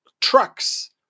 trucks